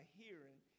hearing